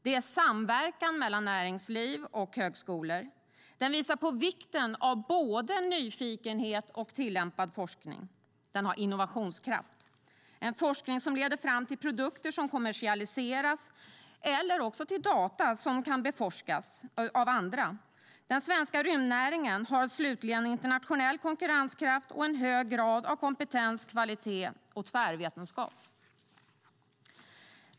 Det innehåller samverkan mellan näringsliv och högskolor. Det visar på vikten av både nyfikenhet och tillämpad forskning. Det har innovationskraft - en forskning som leder fram till produkter som kommersialiseras eller också till data som kan beforskas av andra. Slutligen har den svenska rymdnäringen internationell konkurrenskraft och en hög grad av kompetens, kvalitet och tvärvetenskap.